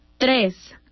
Tres